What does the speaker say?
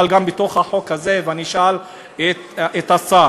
אבל גם בתוך החוק הזה, אני אשאל את השר: